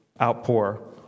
outpour